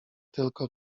tylko